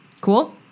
Cool